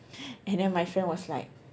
and then my friend was like